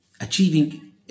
achieving